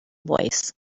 voice